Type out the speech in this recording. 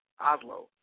Oslo